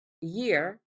year